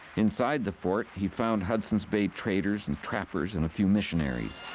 inside the fort, he found hudson's bay traders and trappers and a few missionaries.